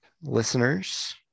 listeners